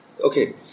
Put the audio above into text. Okay